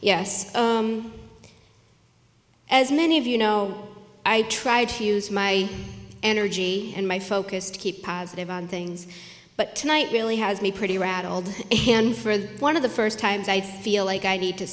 yes as many of you know i tried to use my energy and my focus to keep positive on things but tonight really has me pretty rattled and for the one of the first times i feel like i need to